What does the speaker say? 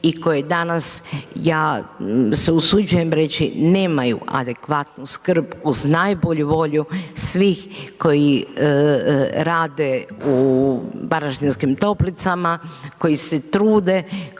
i koje danas, ja se usuđujem reći, nemaju adekvatnu skrb uz najbolju volju, svih koji rade u Varaždinskim toplicama, koje se trude,